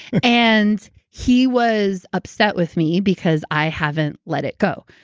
and he was upset with me because i haven't let it go.